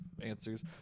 answers